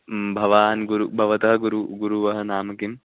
भवान् गुरु भवतः गुरुः गुरोः नाम किं